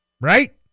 right